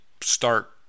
start